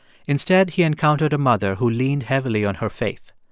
instead, he encountered a mother who leaned heavily on her faith.